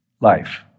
Life